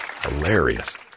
Hilarious